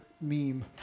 meme